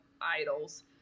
idols